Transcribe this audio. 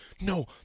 No